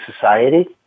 society